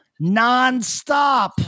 nonstop